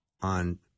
on